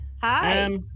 Hi